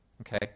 okay